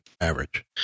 average